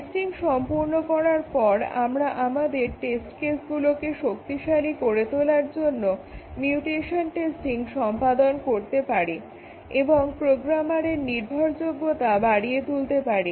testing সম্পূর্ণ করার পর আমরা আমাদের টেস্ট কেসগুলোকে শক্তিশালী করে তোলার জন্য মিউটেশন টেস্টিং সম্পাদন করতে পারি এবং প্রোগ্রামের নির্ভরযোগ্যতা বাড়িয়ে তুলতে পারি